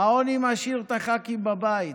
העוני משאיר את הח"כים בבית.